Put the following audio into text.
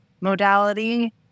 modality